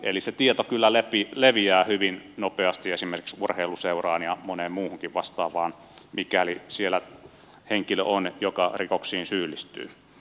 eli se tieto kyllä leviää hyvin nopeasti esimerkiksi urheiluseuraan ja moneen muuhunkin vastaavaan mikäli siellä on henkilö joka rikoksiin syyllistyy